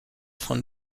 von